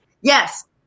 Yes